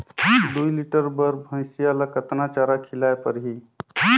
दुई लीटर बार भइंसिया ला कतना चारा खिलाय परही?